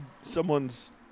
someone's